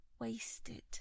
wasted